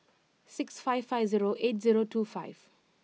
six five five zero eight zero two five